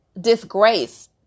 disgrace